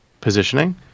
positioning